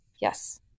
Yes